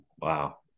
wow